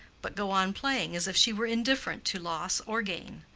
but go on playing as if she were indifferent to loss or gain.